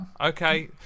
Okay